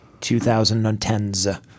2010s